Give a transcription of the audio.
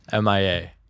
MIA